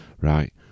Right